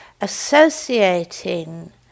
associating